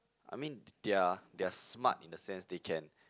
I mean they're they're smart in the sense they can